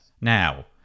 Now